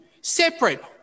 separate